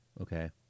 Okay